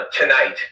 tonight